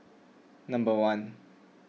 number one